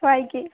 ꯁ꯭ꯋꯥꯏꯒꯤ